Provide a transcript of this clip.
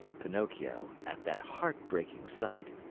pinocchio, at that heartbreaking sight,